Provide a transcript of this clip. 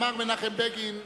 אמר מנחם בגין,